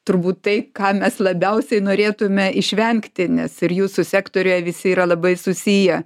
turbūt tai ką mes labiausiai norėtume išvengti nes ir jūsų sektoriuje visi yra labai susiję